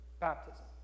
baptism